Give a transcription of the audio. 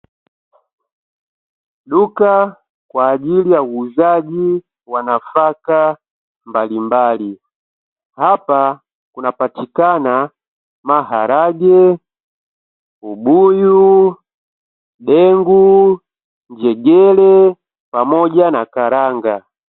Duka kwa ajili ya uuzaji wa nafaka mbalimbali, Hapa kunapatikana ,maharage, ubuyu ,dengu, njegere pamoja na karanga.